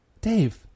Dave